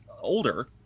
older